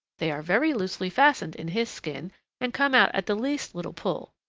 they are very loosely fastened in his skin and come out at the least little pull.